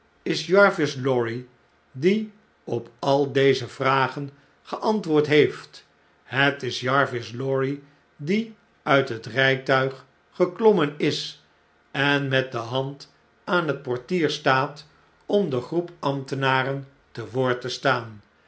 is jarvis lorry die op al deze vragen geantwoord heeft het is jarvis lorry die uit net rpuig geklommen is en met de hand aan het portier staat om de groep ambtenaren te woord te staan